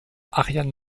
ariane